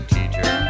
Teacher